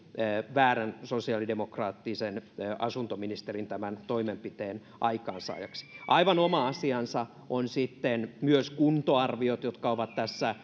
väärän sosiaalidemokraattisen asuntoministerin tämän toimenpiteen aikaansaajaksi aivan oma asiansa on myös sitten kuntoarviot jotka ovat tässä